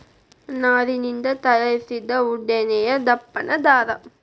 ನಾರಿನಿಂದ ತಯಾರಿಸಿದ ಉದ್ದನೆಯ ದಪ್ಪನ ದಾರಾ